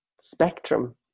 spectrum